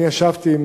אני ישבתי עם